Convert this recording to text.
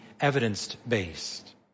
evidence-based